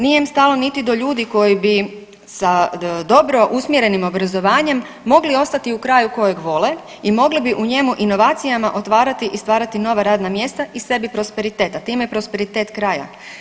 Nije im stalo niti do ljudi koji bi sa dobro usmjerenim obrazovanjem mogli ostati u kraju kojeg vole i mogli bi u njemu inovacijama otvarati i stvarati nova radna mjesta i sebi prosperitet, a time i prosperitet kraja.